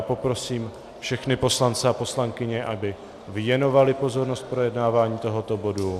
Poprosím všechny poslance a poslankyně, aby věnovali pozornost projednávání tohoto bodu.